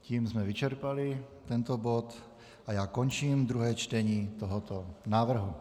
Tím jsme vyčerpali tento bod a já končím druhé čtení tohoto návrhu.